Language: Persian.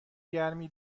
گرمی